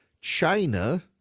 China